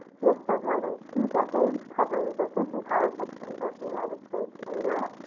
he has spent more than two decades covering business and politics in both the united states and